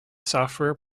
software